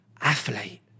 Athlete